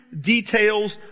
details